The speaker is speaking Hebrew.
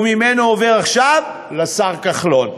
וממנו עובר עכשיו לשר כחלון.